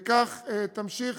וכך תמשיך